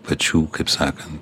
pačių kaip sakant